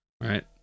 Right